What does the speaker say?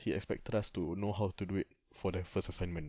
he expect us to know how to do it for the first assignment